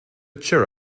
cheer